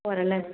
പോര അല്ലേ